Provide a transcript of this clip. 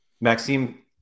Maxime